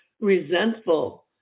resentful